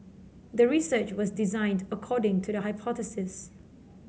the research was designed according to the hypothesis